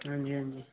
हां जी हां जी